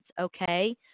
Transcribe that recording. Okay